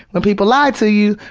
when people lie to you,